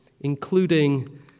including